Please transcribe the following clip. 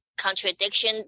contradiction